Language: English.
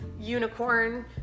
unicorn